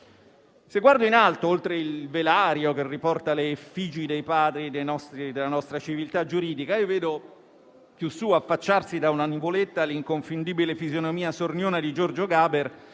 Se guardo in alto, oltre il velario che riporta le effigi dei padri della nostra civiltà giuridica, vedo più su affacciarsi da una nuvoletta l'inconfondibile fisionomia sorniona di Giorgio Gaber